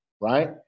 right